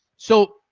so,